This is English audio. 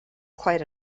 quite